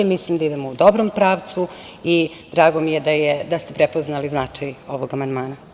Mislim da idemo u dobrom pravcu i drago mi je da ste prepoznali značaj ovog amandmana.